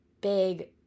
big